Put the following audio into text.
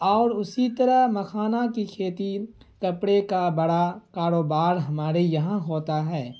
اور اسی طرح مکھانہ کی کھیتی کپڑے کا بڑا کاروبار ہمارے یہاں ہوتا ہے